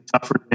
tougher